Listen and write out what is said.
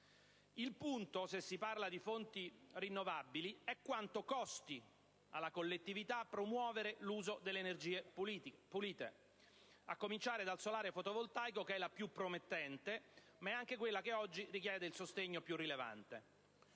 Il punto, se si parla di fonti rinnovabili, è quanto costi alla collettività promuovere l'uso delle energie pulite, a cominciare dal solare fotovoltaico che è la più promettente, ma anche quella che oggi richiede il sostegno più rilevante.